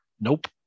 Nope